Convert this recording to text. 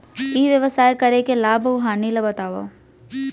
ई व्यवसाय करे के लाभ अऊ हानि ला बतावव?